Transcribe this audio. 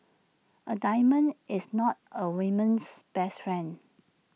A diamond is not A woman's best friend